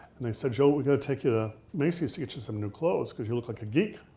and i said joe, we're gonna take you to macy's to get you some new clothes cause you look like a geek.